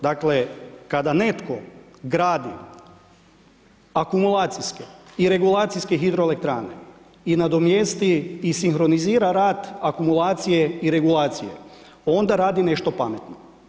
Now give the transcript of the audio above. Dakle, kada netko gradi akumulacijski i regulacijske hidroelektrane i nadomjesti i sinkronizira rad akumulacije i regulacije, onda radi nešto pametno.